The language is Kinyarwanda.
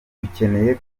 dukeneye